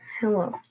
Hello